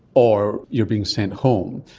or you are being sent home.